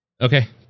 Okay